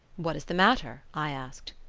what is the matter i asked.